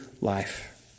life